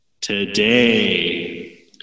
today